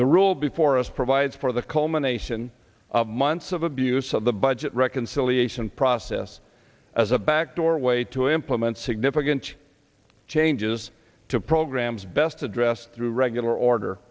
the rule before us provides for the culmination of months of abuse of the budget reconciliation process as a backdoor way to implement significant changes to programs best addressed through regular order